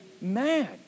mad